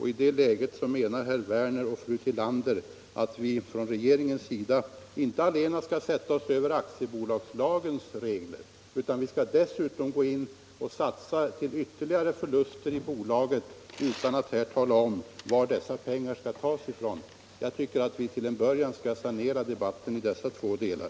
I det läget menar herr Werner och fru Tillander att vi från regeringens sida inte allenast skall sätta oss över aktiebolagslagens regler utan dessutom gå in och satsa till ytterligare förluster i bolaget — utan att här tala om var dessa pengar skall tas ifrån. Jag tycker att vi till en början skall sanera debatten i dessa två delar.